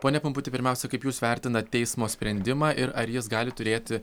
pone pumputi pirmiausia kaip jūs vertinat teismo sprendimą ir ar jis gali turėti